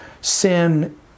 sin